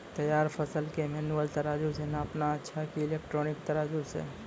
तैयार फसल के मेनुअल तराजु से नापना अच्छा कि इलेक्ट्रॉनिक तराजु से?